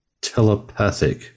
Telepathic